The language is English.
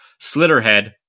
Slitherhead